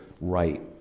right